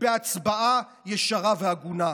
בהצבעה ישרה והגונה.